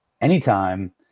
anytime